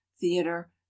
theater